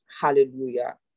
Hallelujah